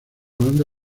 banda